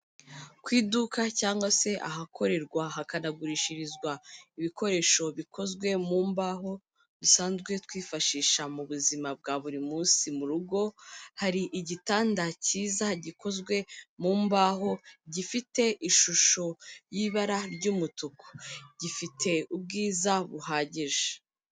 Ku iduka cyangwa se ahakorerwa hakanagurishirizwa ibikoresho bikozwe mu mbaho, dusanzwe twifashisha mu buzima bwa buri munsi mu rugo. hari igitanda cyiza gikozwe mu mbaho, gifite ishusho y'ibara ry'umutuku. Gifite ubwiza buhagije.